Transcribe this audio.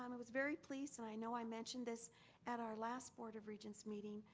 um i was very pleased, and i know i mentioned this at our last board of regents meeting,